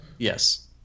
Yes